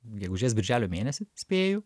gegužės birželio mėnesį spėju